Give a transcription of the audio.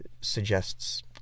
suggests